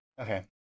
Okay